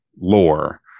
lore